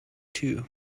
too